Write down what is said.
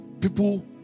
people